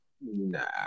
nah